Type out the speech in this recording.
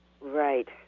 Right